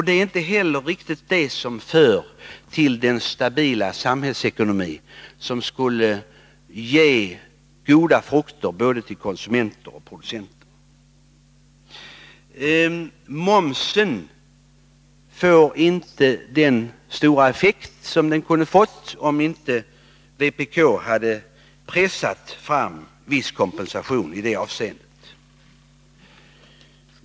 Det är inte sådant som för till den stabila samhällsekonomi som skulle ge goda frukter till både konsumenter och producenter. Momsen får inte den stora effekt som den kunde ha fått, om inte vpk hade pressat fram viss kompensation i detta avseende.